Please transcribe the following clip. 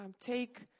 take